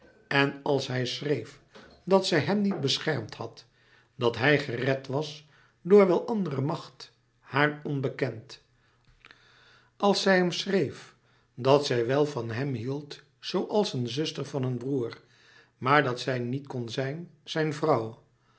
en als zij schreef dat zij hem niet beschermd had dat hij gered was door wel andere macht haar onbekend als zij hem schreef dat zij wèl van hem hield zooals een zuster van een broêr maar dat zij niet kon zijn zijn vrouw